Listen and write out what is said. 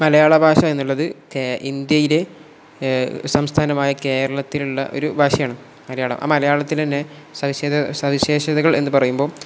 മലയാള ഭാഷ എന്നുള്ളത് ഇന്ത്യയിലെ സംസ്ഥാനമായ കേരളത്തിലുള്ള ഒരു ഭാഷയാണ് മലയാളം ആ മലയാളത്തിൽ തന്നെ സവിശേഷതകൾ എന്നു പറയുമ്പോൾ